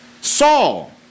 Saul